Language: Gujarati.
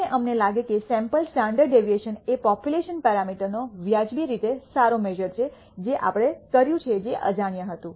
અને અમને લાગે છે કે સૈમ્પલ સ્ટાન્ડર્ડ ડેવિએશન એ પોપ્યુલેશન પેરામીટર નો વ્યાજબી રીતે સારો મેશ઼ર છે જે આપણે કર્યું જે અજાણ્યું હતું